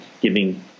giving